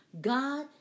God